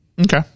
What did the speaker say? Okay